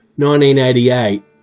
1988